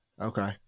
Okay